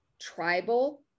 tribal